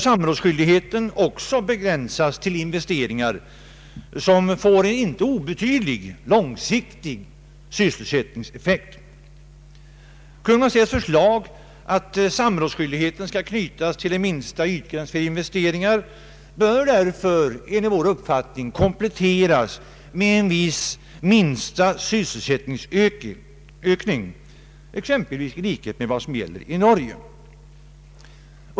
Samrådsskyldigheten bör begränsas till investeringar som får en inte obetydlig långsiktig sysselsättningseffekt. Kungl. Maj:ts förslag att samrådsskyldigheten skall knytas till en minsta ytgräns för investeringar bör därför enligt vår uppfattning kompletteras med en viss minsta sysselsättningsökning, exempelvis i likhet med vad som gäller i Norge.